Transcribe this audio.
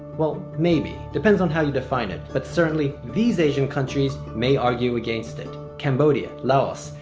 well, maybe. depends on how you define it but certainly these asian countries may argue against it. cambodia, laos,